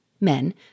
men